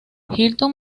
hilton